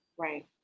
Right